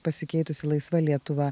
pasikeitusi laisva lietuva